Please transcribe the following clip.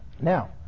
Now